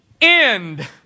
end